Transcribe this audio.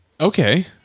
Okay